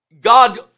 God